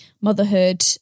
motherhood